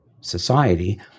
society